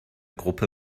gruppe